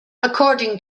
according